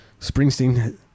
Springsteen